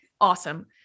awesome